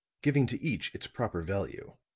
giving to each its proper value.